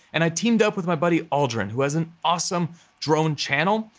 and i teamed up with my buddy, aldryn, who has an awesome drone channel,